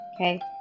okay